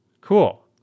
Cool